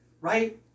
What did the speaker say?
Right